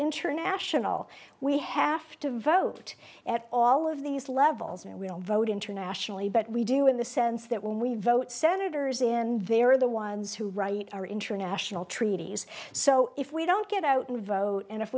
international we have to vote at all of these levels and we don't vote internationally but we do in the sense that when we vote senators in there are the ones who write our international treaties so if we don't get out and vote and if